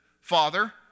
father